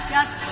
Yes